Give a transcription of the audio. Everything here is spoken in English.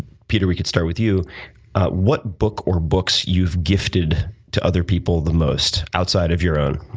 peter, we could start with you what book or books you've gifted to other people the most outside of your own?